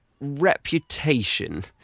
reputation